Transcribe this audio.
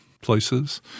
places